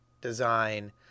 design